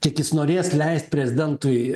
kiek jis norės leist prezidentui